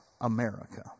America